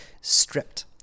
stripped